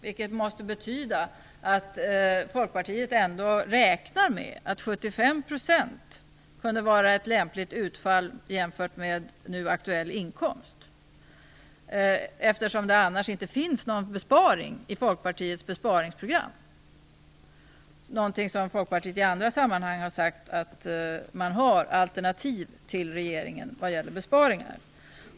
Det måste betyda att Folkpartiet ändå räknar med att 75 % kunde vara ett lämpligt utfall jämfört med aktuell inkomst. Annars skulle det ju inte finnas någon besparing i Folkpartiets besparingsprogram. Vad gäller besparingar har Folkpartiet i andra sammanhang sagt att man har alternativ till regeringens förslag.